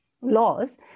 laws